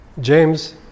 James